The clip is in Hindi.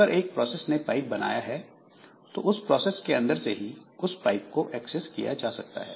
अगर एक प्रोसेस ने पाइप बनाया है तो उस प्रोसेस के अंदर से ही उस पाइप को एक्सेस किया जा सकता है